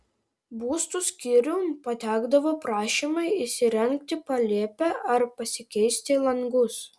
būstų skyriun patekdavo prašymai įsirengti palėpę ar pasikeisti langus